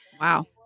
wow